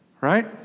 right